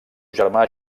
germà